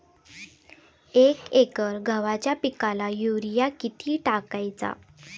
एक एकर गव्हाच्या पिकाला युरिया किती टाकायचा?